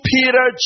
Peter